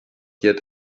yet